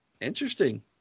Interesting